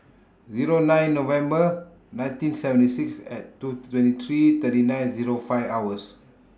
Zero nine November nineteen seventy six and Tooth twenty three thirty nine Zero five hours